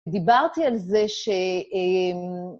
דיברתי על זה ש...